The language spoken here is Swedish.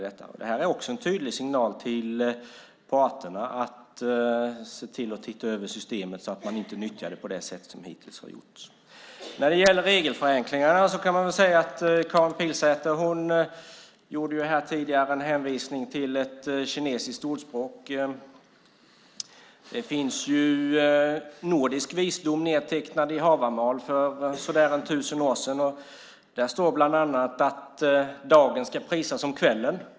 Det ger en tydlig signal till parterna att se över systemet så att det inte utnyttjas på det sätt som hittills skett. Vad beträffar regelförenklingarna gjorde Karin Pilsäter en hänvisning till ett kinesiskt ordspråk. I Hávamál finns nordisk visdom nedtecknad från sådär tusen år sedan. Där står bland annat att dagen ska prisas om kvällen.